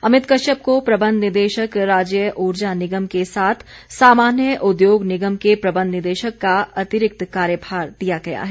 अमित कश्यप को प्रबंध निदेशक राज्य ऊर्जा निगम के साथ सामान्य उद्योग निगम के प्रबंध निदेशक का अतिरिक्त कार्यभार दिया गया है